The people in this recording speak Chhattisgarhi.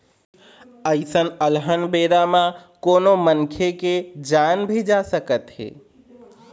अइसन अलहन बेरा म कोनो मनखे के जान भी जा सकत हे